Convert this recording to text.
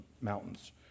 mountains